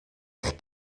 eich